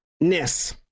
ness